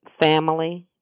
family